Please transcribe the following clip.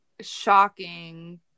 shocking